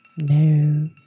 No